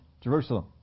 Jerusalem